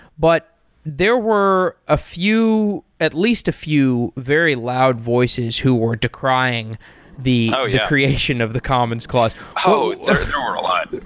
but there were a few at least a few very loud voices who were decrying the creation of the commons clause. there were a lot.